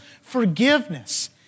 forgiveness